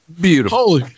Beautiful